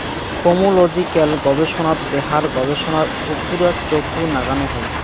pomological গবেষনাত দেহার গবেষণার উপুরা চখু নাগানো হই